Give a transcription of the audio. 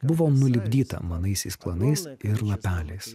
buvo nulipdyta manaisiais planais ir lapeliais